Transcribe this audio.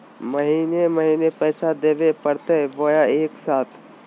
महीने महीने पैसा देवे परते बोया एके साथ?